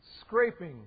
Scraping